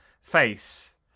face